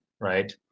right